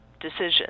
decision